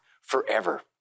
forever